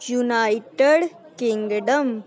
United Kingdom